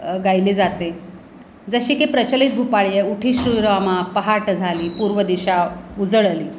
गायली जाते जशी की प्रचलित भूपाळी उठी श्रीरामा पहाट झाली पूर्व दिशा उजळली